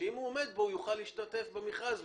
שאם הוא עומד בו הוא יוכל להשתתף במכרז.